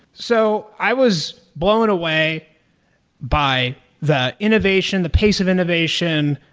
so i was blown away by the innovation, the pace of innovation.